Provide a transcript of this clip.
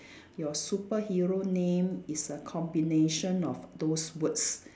your superhero name is a combination of those words